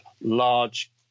large